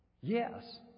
Yes